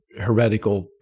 heretical